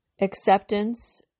acceptance